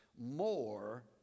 more